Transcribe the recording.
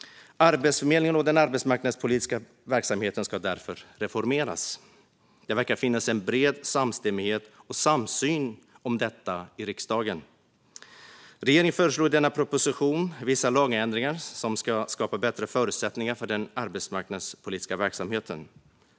Arbetsförmedlingen och den arbetsmarknadspolitiska verksamheten ska därför reformeras. Det verkar finnas en bred samstämmighet och samsyn om detta i riksdagen. Regeringen föreslår i denna proposition vissa lagändringar som ska skapa bättre förutsättningar för den arbetsmarknadspolitiska verksamheten.